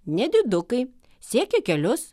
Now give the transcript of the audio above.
nedidukai siekia kelius